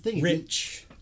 rich